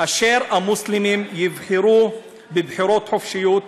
אשר המוסלמים יבחרו בבחירות חופשיות,